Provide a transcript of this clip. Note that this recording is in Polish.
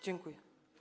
Dziękuję.